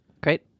Great